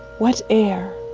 what air,